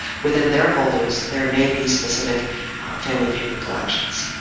within their holdings, there may be specific family paper collections.